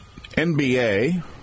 NBA